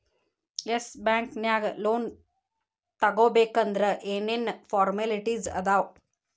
S Bank ನ್ಯಾಗ್ loan ತಗೊಬೇಕಂದ್ರ ಏನೇನ್ ಫಾರ್ಮ್ಯಾಲಿಟಿಸ್ ಅದಾವ?